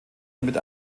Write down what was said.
damit